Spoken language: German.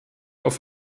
auf